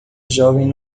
jovem